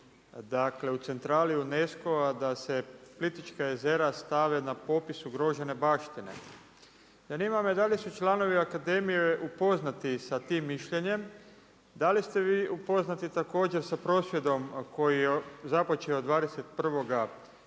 u centralu UNESCO-a da se Plitvička jezera stave na popis ugrožene baštine? Zanima me da li su članovi akademije upoznati sa tim mišljenjem, da li ste vi upoznati također sa prosvjedom koji je započeo 21. lipnja